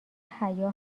حیا